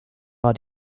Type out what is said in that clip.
war